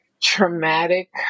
traumatic